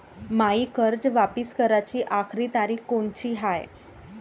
मायी कर्ज वापिस कराची आखरी तारीख कोनची हाय?